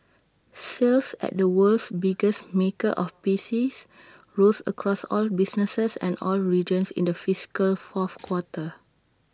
sales at the world's biggest maker of P Cs rose across all businesses and all regions in the fiscal fourth quarter